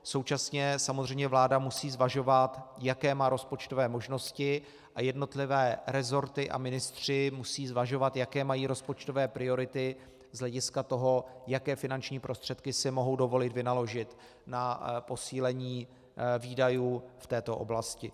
Současně samozřejmě vláda musí zvažovat, jaké má rozpočtové možnosti, a jednotlivé resorty a ministři musí zvažovat, jaké mají rozpočtové priority z hlediska toho, jaké finanční prostředky si mohou dovolit vynaložit na posílení výdajů v této oblasti.